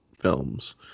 films